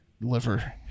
liver